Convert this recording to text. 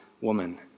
woman